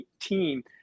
team